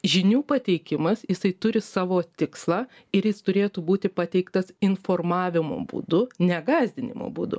žinių pateikimas jisai turi savo tikslą ir jis turėtų būti pateiktas informavimo būdu ne gąsdinimo būdu